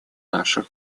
наших